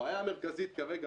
הבעיה המרכזית כרגע,